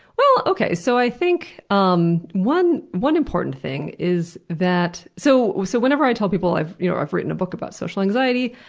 well, okay, so i think um one one important thing is that so so whenever i tell people i've you know i've written a book about social anxiety,